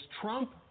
Trump